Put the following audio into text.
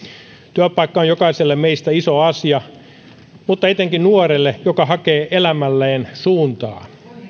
työpaikka on jokaiselle meistä iso asia mutta etenkin nuorelle joka hakee elämälleen suuntaa